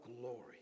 glory